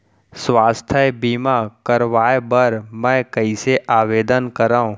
स्वास्थ्य बीमा करवाय बर मैं कइसे आवेदन करव?